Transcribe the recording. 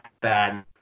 bad